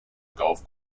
golf